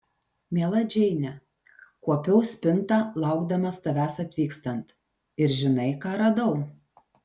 miela džeine kuopiau spintą laukdamas tavęs atvykstant ir žinai ką radau